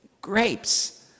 grapes